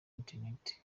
internet